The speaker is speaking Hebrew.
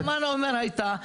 למה אני אומר הייתה?